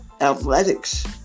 athletics